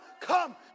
Come